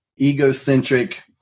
egocentric